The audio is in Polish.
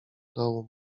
dołu